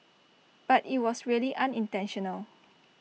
but IT was really unintentional